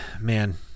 man